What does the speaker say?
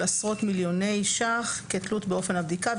עשרות מיליוני שקלים חדשים כתלות באופן הבדיקה,